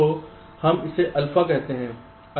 तो हम इसे अल्फा कहते हैं